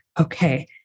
okay